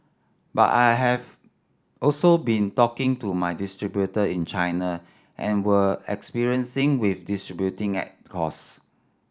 but I have also been talking to my distributor in China and we're experiencing with distributing at cost